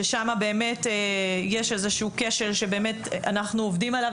ששמה באמת יש איזשהו כשל שבאמת אנחנו עובדים עליו,